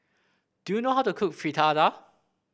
do you know how to cook Fritada